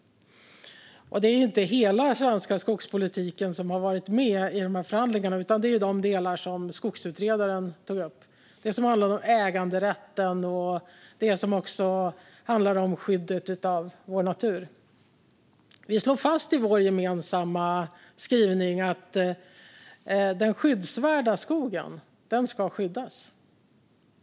Det är inte hela den svenska skogspolitiken som har varit med i de här förhandlingarna, utan det är de delar som skogsutredaren tog upp, alltså de som handlar om äganderätten och skyddet av vår natur. Vi slog fast i vår gemensamma skrivning att den skyddsvärda skogen ska skyddas.